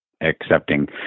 accepting